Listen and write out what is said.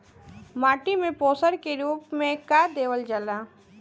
माटी में पोषण के रूप में का देवल जाला?